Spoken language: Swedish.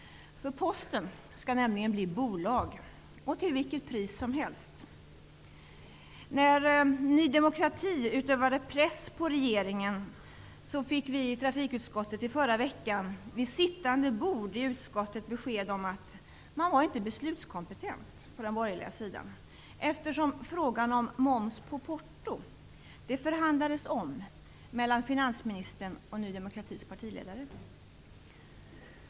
Posten skall nämligen bli bolag -- till vilket pris som helst. När Ny demokrati utövade press på regeringen fick vi i förra veckan vid sittande bord i trafikutskottet besked om att den borgerliga sidan inte var beslutskompetent. Frågan om moms på porto var föremål för förhandling mellan finansministern och Ny demokratis partiledare.